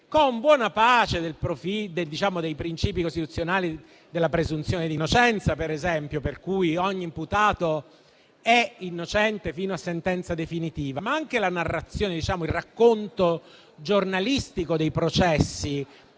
con buona pace dei principi costituzionali della presunzione di innocenza, per esempio, per cui ogni imputato è innocente fino a sentenza definitiva. Anche il racconto giornalistico dei processi